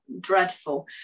dreadful